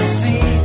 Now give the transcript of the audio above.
see